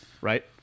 right